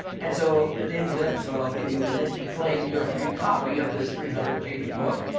and so, at the end of the episode, i'll give you a link to claim your free copy of this three hundred page book.